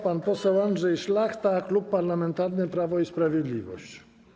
Pan poseł Andrzej Szlachta, Klub Parlamentarny Prawo i Sprawiedliwość.